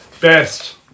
best